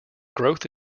growth